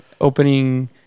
opening